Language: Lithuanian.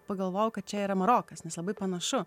pagalvojau kad čia yra marokas nes labai panašu